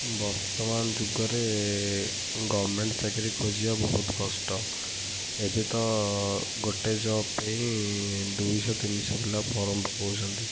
ବର୍ତ୍ତମାନ ଯୁଗରେ ଗଭମେଣ୍ଟ ଚାକିରୀ ଖୋଜିବା ବହୁତ କଷ୍ଟ ଏବେ ତ ଗୋଟେ ଜବ୍ ପାଇଁ ଦୁଇଶହ ତିନିଶହ ପିଲା ଫର୍ମ ପକଉଛନ୍ତି